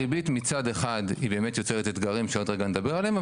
הריבית מצד אחד היא באמת יוצרת אתגרים שעוד רגע אני אדבר עליהם,